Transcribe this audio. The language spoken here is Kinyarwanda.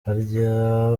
harya